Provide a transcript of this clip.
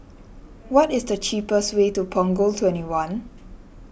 what is the cheapest way to Punggol twenty one